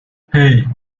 hey